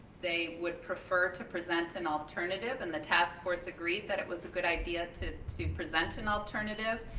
they would prefer to present an alternative and the task force agreed that it was a good idea to to present an alternative.